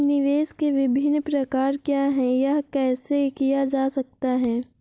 निवेश के विभिन्न प्रकार क्या हैं यह कैसे किया जा सकता है?